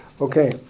Okay